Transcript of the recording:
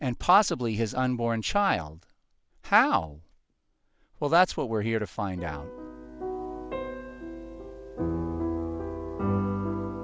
and possibly his unborn child how well that's what we're here to find out